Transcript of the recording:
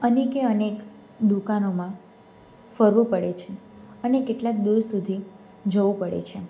અનેકે અનેક દુકાનોમાં ફરવું પડે છે અને કેટલાક દૂર સુધી જવું પડે છે